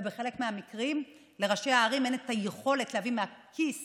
בחלק מהמקרים לראשי הערים אין את היכולת להביא מהכיס